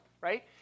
right